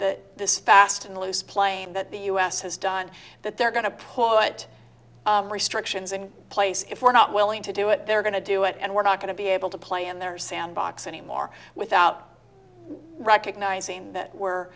the this fast and loose playing that the us has done that they're going to put restrictions in place if we're not willing to do it they're going to do it and we're not going to be able to play in their sandbox anymore without recognizing that we're